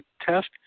test